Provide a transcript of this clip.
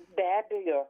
be abejo